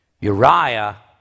Uriah